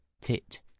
Tit